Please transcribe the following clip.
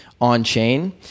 on-chain